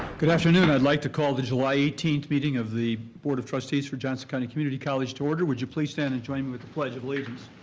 good afternoon. i'd like to call the july eighteenth meeting of the board of trustees for johnson county community college to order. would you please stand and join me with the pledge of allegiance?